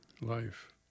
life